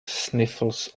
sniffles